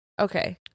Okay